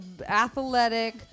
athletic